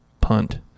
punt